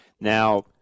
now